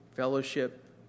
fellowship